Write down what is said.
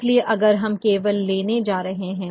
इसलिए अगर हम केवल लेने जा रहे हैं